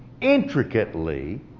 intricately